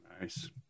Nice